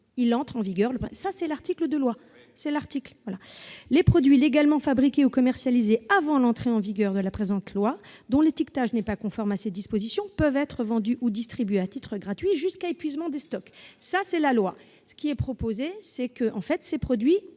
loi entre en vigueur le 1 septembre 2020. Les produits légalement fabriqués ou commercialisés avant l'entrée en vigueur du même titre II, dont l'étiquetage n'est pas conforme à ces dispositions, peuvent être vendus ou distribués à titre gratuit jusqu'à épuisement des stocks. » Ce qui est proposé, c'est que ces produits